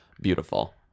beautiful